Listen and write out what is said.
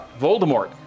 Voldemort